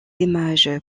images